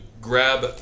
grab